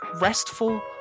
restful